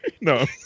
No